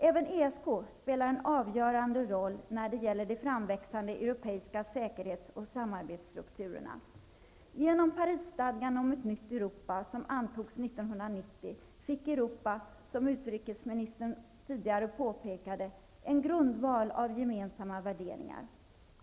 Även ESK spelar en avgörande roll när det gäller de framväxande europeiska säkerhets och samarbetsstrukturerna. Genom Parisstadgan om ett nytt Europa som antogs 1990 fick Europa, som utrikesministern tidigare påpekade, en grundval av gemensamma värderingar.